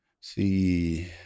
see